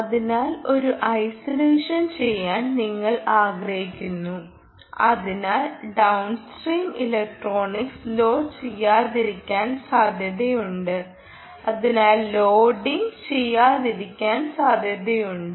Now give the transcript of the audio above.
അതിനാൽ ഒരു ഐസൊലേഷൻ ചെയ്യാൻ നിങ്ങൾ ആഗ്രഹിക്കുന്നു അതിനാൽ ഡൌൺസ്ട്രീം ഇലക്ട്രോണിക്സ് ലോഡ് ചെയ്യാതിരിക്കാൻ സാധ്യതയുണ്ട്